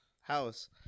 house